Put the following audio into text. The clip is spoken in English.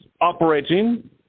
operating